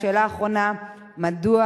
4. מדוע